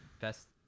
Best